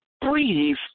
breathe